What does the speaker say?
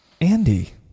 Andy